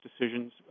decisions